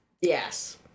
Yes